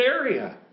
area